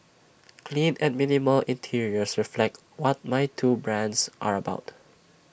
clean and minimal interiors reflect what my two brands are about